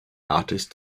artist